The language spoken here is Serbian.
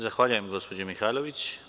Zahvaljujem, gospođo Mihajlović.